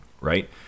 Right